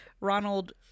ronald